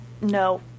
no